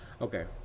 okay